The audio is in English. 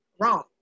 wrong